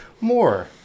more